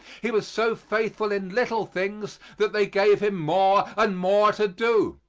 he was so faithful in little things that they gave him more and more to do.